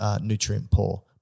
nutrient-poor